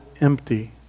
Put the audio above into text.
empty